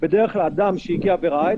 את זה.